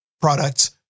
products